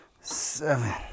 seven